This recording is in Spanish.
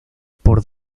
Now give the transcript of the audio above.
por